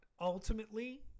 ultimately